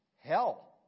Hell